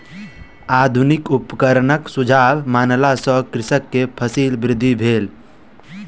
आधुनिक उपकरणक सुझाव मानला सॅ कृषक के फसील वृद्धि भेल